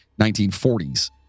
1940s